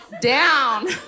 down